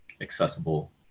accessible